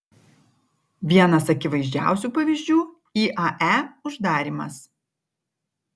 vienas akivaizdžiausių pavyzdžių iae uždarymas